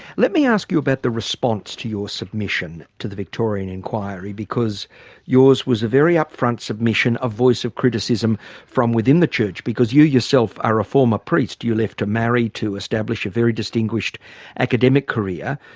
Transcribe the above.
let me ask you about the response to your submission to the victorian inquiry because yours was a very upfront submission, a voice of criticism from within the church. because you yourself are a former priest, you left to marry, to establish a very distinguished academic career.